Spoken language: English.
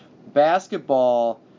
basketball